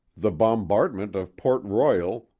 the bombardment of port royal,